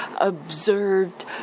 observed